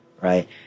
right